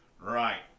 Right